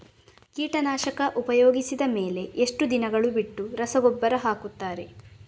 ಕೀಟನಾಶಕ ಉಪಯೋಗಿಸಿದ ಮೇಲೆ ಎಷ್ಟು ದಿನಗಳು ಬಿಟ್ಟು ರಸಗೊಬ್ಬರ ಹಾಕುತ್ತಾರೆ?